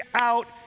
out